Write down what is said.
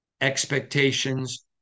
expectations